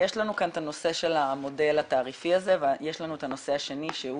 יש לנו כאן את הנושא של המודל התעריפי ויש לנו את הנושא השני שהוא